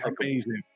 amazing